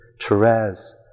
Therese